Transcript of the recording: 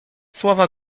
słowa